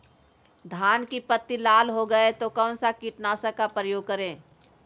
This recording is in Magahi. धान की पत्ती लाल हो गए तो कौन सा कीटनाशक का प्रयोग करें?